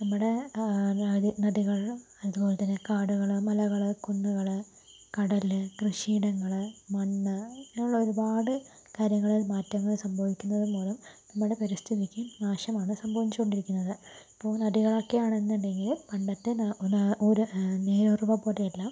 നമ്മടെ നദികളില് അതുപോലെ തന്നെ കാടുകള് മലകള് കുന്നുകള് കടല് കൃഷിയിടങ്ങള് മണ്ണ് അങ്ങനെയുള്ള ഒരുപാട് കാര്യങ്ങള് മാറ്റങ്ങള് സംഭവിക്കുന്നത് മൂലം നമ്മടെ പരിസ്ഥിതിക്കും നാശമാണ് സംഭവിച്ചോണ്ടിരിക്കുന്നത് ഇപ്പോൾ നദികളൊക്കെ ആണെന്നുണ്ടെങ്കില് പണ്ടത്തെ നാ നാ ഓരേ നീരുറവ പോലുമല്ല